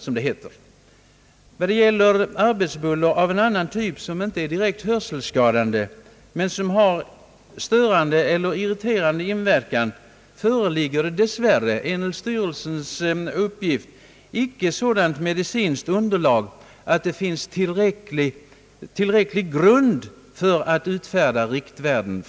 I fråga om arbetsbuller av typ som inte är direkt hörselskadande men som har störande eller irriterande inverkan föreligger dess värre enligt styrelsens uppgift icke sådant medicinskt underlag att det finns tillräcklig grund för att nu utfärda riktvärden.